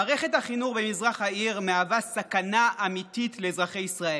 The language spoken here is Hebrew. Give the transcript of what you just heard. מערכת החינוך במזרח העיר מהווה סכנה אמיתית לאזרחי ישראל.